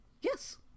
Yes